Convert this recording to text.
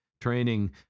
training